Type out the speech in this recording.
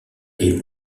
est